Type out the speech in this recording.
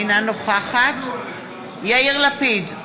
אינה נוכחת יאיר לפיד,